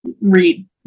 read